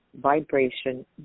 vibration